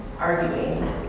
arguing